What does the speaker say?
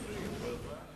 לדיון מוקדם בוועדת העבודה,